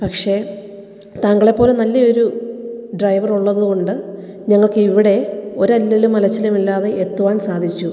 പക്ഷെ താങ്കളെ പോലെ നല്ല ഒരു ഡ്രൈവർ ഉള്ളത് കൊണ്ട് ഞങ്ങക്ക് ഇവിടെ ഒരല്ലലും അലച്ചിലും ഇല്ലാതെ എത്തുവാൻ സാധിച്ചു